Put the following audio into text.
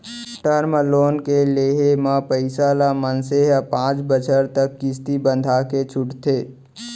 term loan के लेहे म पइसा ल मनसे ह पांच बछर तक किस्ती बंधाके छूटथे